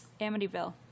Amityville